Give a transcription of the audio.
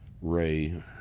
Ray